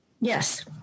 yes